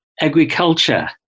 agriculture